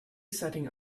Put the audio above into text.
setting